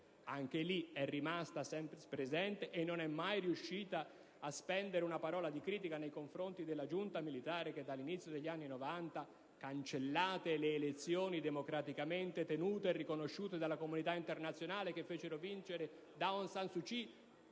anche lì, è rimasta sempre presente e non è mai riuscita a spendere una parola di critica nei confronti della giunta militare che all'inizio degli anni Novanta ha cancellato le elezioni, democraticamente tenute e riconosciute dalla comunità internazionale, che fecero vincere Aung San Suu Kyi